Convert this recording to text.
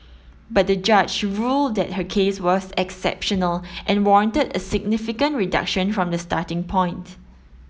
but the judge ruled that her case was exceptional and warranted a significant reduction from the starting point